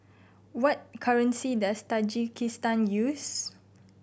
what currency does Tajikistan use